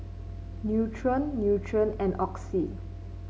Nutren Nutren and Oxy